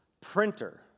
printer